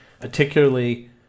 particularly